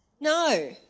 No